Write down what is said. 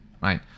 right